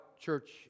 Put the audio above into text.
church